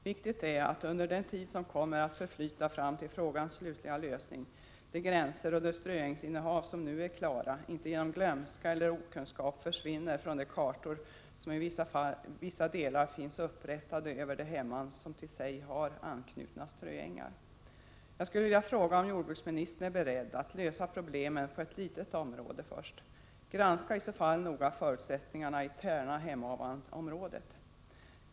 Viktigt är att under den tid som kommer att förflyta fram till frågans slutliga lösning de gränser och de ströängsinnehav som nu är klara inte genom glömska eller okunskap försvinner från de kartor som i vissa delar finns upprättade över de hemman som till sig har anknutna ströängar. Jag skulle vilja fråga om jordbruksministern är beredd att först lösa problemen på ett litet område. Granska i så fall noga förutsättningarna i Tärna— Hemavan-området.